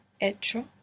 hecho